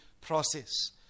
process